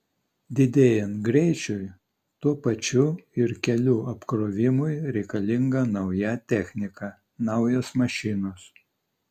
didėjant greičiui tuo pačiu ir kelių apkrovimui reikalinga nauja technika naujos mašinos